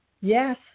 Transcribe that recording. yes